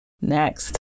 Next